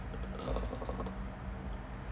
uh